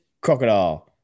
Crocodile